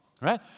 Right